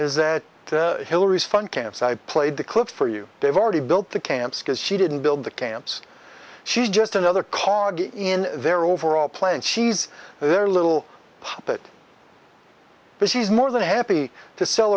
is that hillary's fund camps i played the clip for you they've already built the camps because she didn't build the camps she just another cog in their overall plan and she's there a little bit but she's more than happy to sell